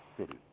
city